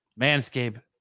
manscape